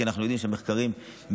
כי אנחנו יודעים שמחקרים מסתיימים,